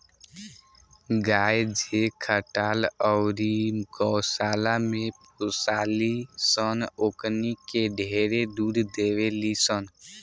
गाय जे खटाल अउरी गौशाला में पोसाली सन ओकनी के ढेरे दूध देवेली सन